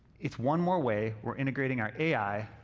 it's one more way we're integrating our ai,